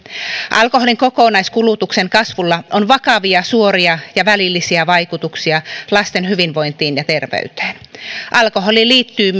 alkoholin kokonaiskulutuksen kasvulla on vakavia suoria ja välillisiä vaikutuksia lasten hyvinvointiin ja terveyteen alkoholi liittyy